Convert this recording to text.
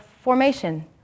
formation